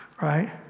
right